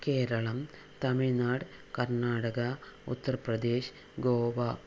Keralam Tamil Nadu Karnataka Uttar Pradesh Goa